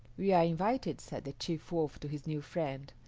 we are invited, said the chief wolf to his new friend,